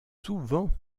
souvent